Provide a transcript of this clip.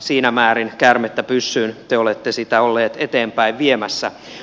siinä määrin käärmettä pyssyyn te olette sitä ollut eteenpäin viemässä